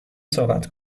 صحبت